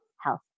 Health